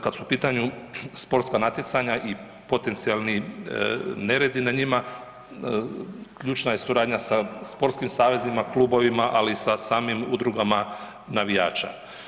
Kad su u pitanju sportska natjecanja i potencijalni neredi na njima ključna je suradnja sa sportskim savezima, klubovima, ali i sa samim udrugama navijača.